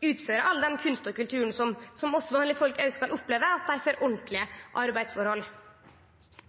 utføre all den kunsten og kulturen som vi vanlege folk skal kunne oppleve, moglegheita til å få ordentlege arbeidsforhold. Replikkordskiftet er avslutta. Det siste Høyre gjorde i regjering, var å legge fram et statsbudsjett som